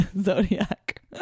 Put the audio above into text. zodiac